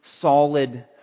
solid